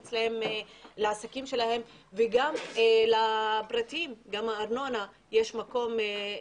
מבנים שלהן וגם לפרטיים כאשר גם לארנונה יש מקום.